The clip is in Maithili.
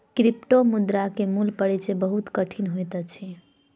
क्रिप्टोमुद्रा के मूल परिचय बहुत कठिन होइत अछि